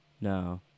No